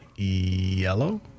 Yellow